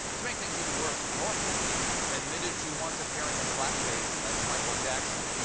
to make things even worse, northam admitted to once appearing in blackface as michael jackson.